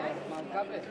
9), התשע"ב 2011, נתקבל.